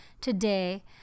today